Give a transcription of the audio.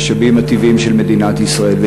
המשאבים הטבעיים של מדינת ישראל.